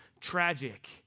tragic